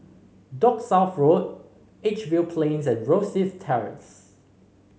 Dock South Road Edgefield Plains and Rosyth Terrace